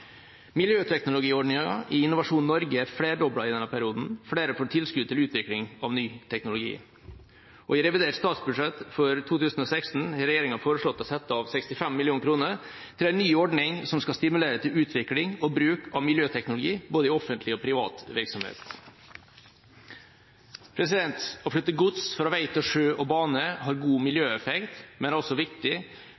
i Innovasjon Norge er flerdoblet i denne perioden. Flere får tilskudd til utvikling av ny teknologi. I revidert statsbudsjett for 2016 har regjeringa foreslått å sette av 65 mill. kr til en ny ordning som skal stimulere til utvikling og bruk av miljøteknologi, både i offentlig og privat virksomhet. Å flytte gods fra vei til sjø og bane har god